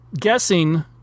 guessing